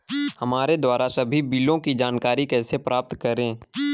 हमारे द्वारा सभी बिलों की जानकारी कैसे प्राप्त करें?